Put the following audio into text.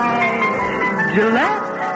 Gillette